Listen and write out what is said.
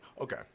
Okay